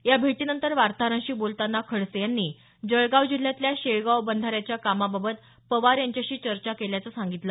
या भेटीनंतर वार्ताहरांशी बोलताना खडसे यांनी जळगाव जिल्ह्यातल्या शेळगाव बंधाऱ्याच्या कामाबाबत पवार यांच्याशी चर्चा केल्याचं सांगितलं